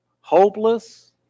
hopeless